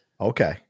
Okay